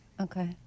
Okay